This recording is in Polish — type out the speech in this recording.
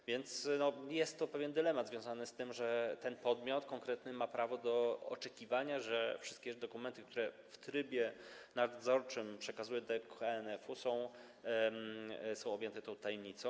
A więc jest to pewien dylemat związany z tym, że ten konkretny podmiot ma prawo do oczekiwania, że wszystkie dokumenty, które w trybie nadzorczym przekazuje do KNF-u, są objęte tą tajemnicą.